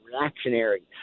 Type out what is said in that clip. reactionary